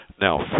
Now